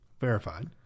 verified